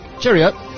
cheerio